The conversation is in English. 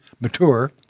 mature